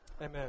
Amen